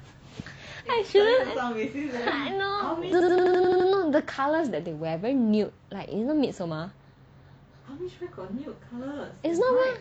I shouldn't I know I don't the colours that they wear very nude like you know midsommar it's not mah